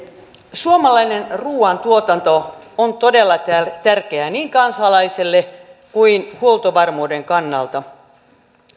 suomalainen ruuantuotanto on todella tärkeää niin kansalaiselle kuin huoltovarmuuden kannalta